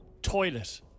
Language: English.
Toilet